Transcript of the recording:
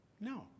No